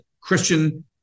Christian